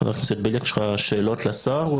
חבר הכנסת בליאק, יש לך שאלות לשר?